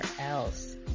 else